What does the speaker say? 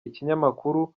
ikinyamakuru